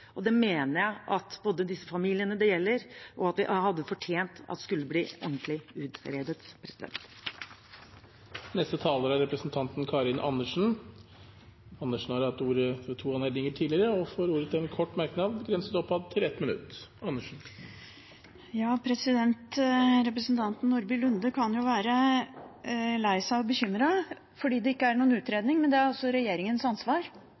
og det mener jeg disse familiene det gjelder, hadde fortjent skulle bli ordentlig utredet. Representanten Karin Andersen har hatt ordet to ganger tidligere og får ordet til en kort merknad, begrenset til 1 minutt. Representanten Nordby Lunde kan være lei seg og bekymret fordi det ikke er noen utredning, men det er regjeringens ansvar.